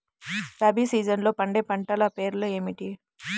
రబీ సీజన్లో పండే పంటల పేర్లు ఏమిటి?